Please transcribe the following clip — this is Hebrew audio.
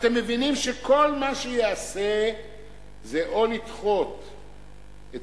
אתם מבינים שכל מה שייעשה זה או לדחות את